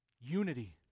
Unity